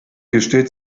gesteht